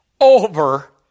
Over